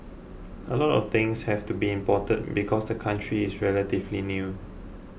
a lot of things have to be imported because the country is relatively new